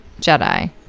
Jedi